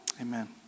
Amen